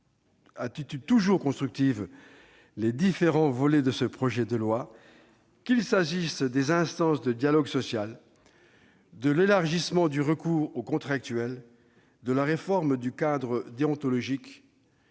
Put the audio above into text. attitude toujours constructive les différents volets de ce projet de loi, qu'il s'agisse des instances de dialogue social, de l'élargissement du recours aux contractuels, de la réforme du cadre déontologique